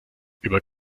über